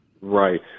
Right